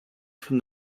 from